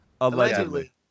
Allegedly